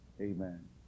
Amen